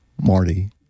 Marty